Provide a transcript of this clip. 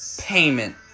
payment